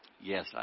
Yes